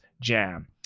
jam